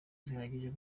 zihagije